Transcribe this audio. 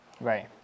Right